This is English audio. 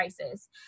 crisis